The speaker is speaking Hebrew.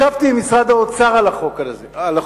ישבתי עם משרד האוצר על החוק הזה,